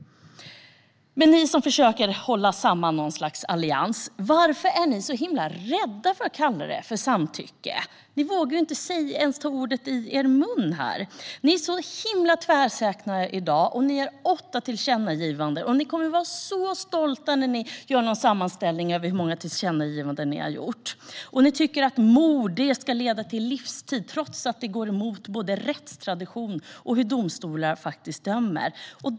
Ni som försöker hålla samman någon sorts allians, varför är ni så himla rädda för att kalla det samtycke? Ni vågar inte ens ta ordet i er mun här. Ni är så himla tvärsäkra i dag. Ni gör åtta tillkännagivanden, och ni kommer att vara så stolta när ni gör en sammanställning över hur många tillkännagivanden ni har gjort. Ni tycker att mord alltid ska leda till livstid trots att det går emot både rättstradition och hur domstolarna faktiskt dömer.